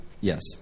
Yes